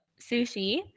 sushi